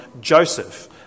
Joseph